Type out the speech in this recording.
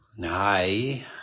Hi